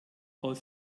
aus